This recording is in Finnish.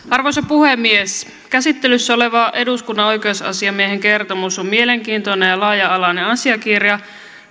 arvoisa puhemies käsittelyssä oleva eduskunnan oikeusasiamiehen kertomus on mielenkiintoinen ja laaja alainen asiakirja